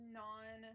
non